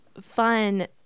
fun